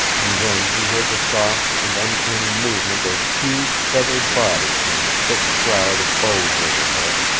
and then he heard the soft and uncanny movement of huge feathered bodies in the thick shroud of boughs overhead,